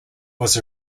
was